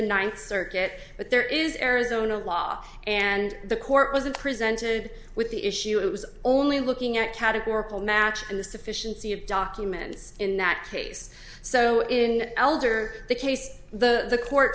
the ninth circuit but there is arizona law and the court wasn't presented with the issue it was only looking at categorical match and the sufficiency of documents in that case so in elder the case the court